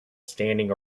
standing